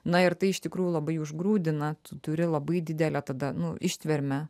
na ir tai iš tikrųjų labai užgrūdina tu turi labai didelę tada nu ištvermę